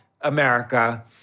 America